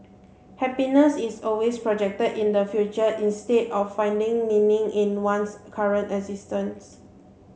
happiness is always projected in the future instead of finding meaning in one's current existence